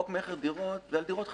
חוק מכר דירות זה על דירות חדשות,